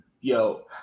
Yo